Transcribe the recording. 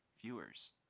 viewers